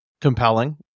compelling